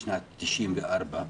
משנת 1994,